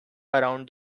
around